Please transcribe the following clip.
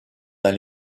dans